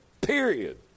period